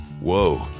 Whoa